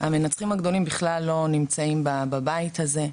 המנצחים הגדולים בכלל לא נמצאים בבית הזה,